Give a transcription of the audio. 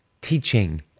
teaching